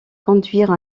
conduire